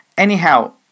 Anyhow